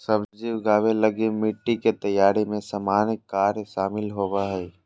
सब्जी उगाबे लगी मिटटी के तैयारी में सामान्य कार्य शामिल होबो हइ